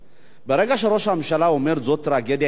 ברגע שראש הממשלה אומר: זאת טרגדיה אישית,